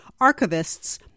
archivists